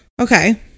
okay